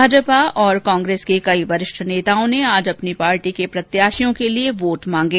भाजपा और कांग्रेस के कई वरिष्ठ नेताओं ने आज अपनी पार्टी के प्रत्याशियों के लिए वोट मांगे